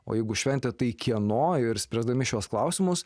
o jeigu šventę tai kieno ir spręsdami šiuos klausimus